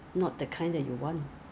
那个 flight 没有这样多所以